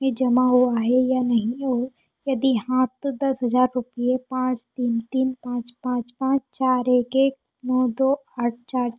में जमा हुआ है या नहीं और यदि हाँ तो दस हज़ार रुपये पाँच तीन तीन पाँच पाँच पाँच चार एक एक नौ दो आठ चार